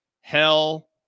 hell